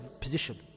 position